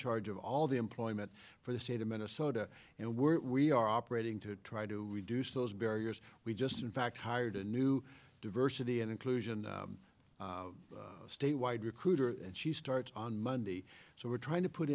charge of all the employment for the state of minnesota and we're we are operating to try to reduce those barriers we just in fact hired a new diversity and inclusion statewide recruiter and she starts on monday so we're trying to put